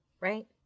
right